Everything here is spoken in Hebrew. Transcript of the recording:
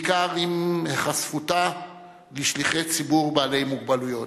בעיקר עם היחשפותה לשליחי ציבור בעלי מוגבלויות.